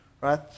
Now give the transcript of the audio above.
right